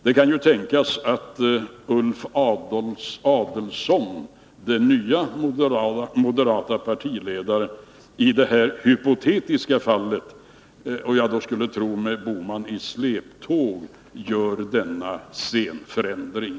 Det kan ju tänkas att Ulf Adelsohn, den nye moderate partiledaren, i det här hypotetiska fallet — och jag skulle tro med herr Bohman i släptåg — gör denna scenförändring.